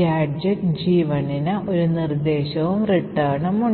gadget G1 ന് ഒരു നിർദ്ദേശവും റിട്ടേൺ ഉം ഉണ്ട്